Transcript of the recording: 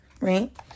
right